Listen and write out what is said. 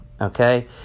okay